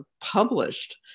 published